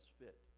fit